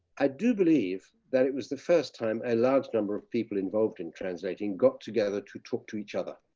i do believe that it was the first time a large number of people involved in translating got together to talk to each other.